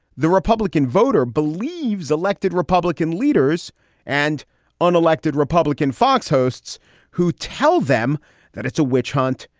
the republican voter believes elected republican leaders and unelected republican fox hosts who tell them that it's a witch hunt.